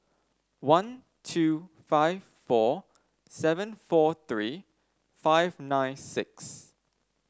one two five four seven four three five nine six